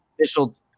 official